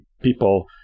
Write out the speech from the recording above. people